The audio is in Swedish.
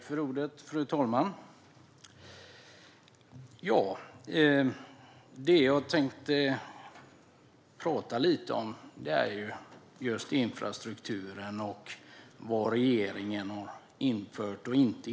Fru talman! Jag tänkte prata lite om just infrastrukturen och vad regeringen har infört och inte.